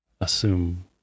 assume